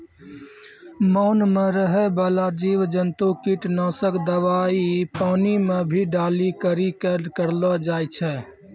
मान मे रहै बाला जिव जन्तु किट नाशक दवाई पानी मे भी डाली करी के करलो जाय छै